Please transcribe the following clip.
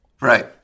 Right